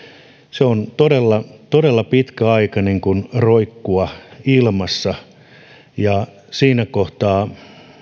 se on todella todella pitkä aika niin kuin roikkua ilmassa ja siinä kohtaa